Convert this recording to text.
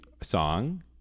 Song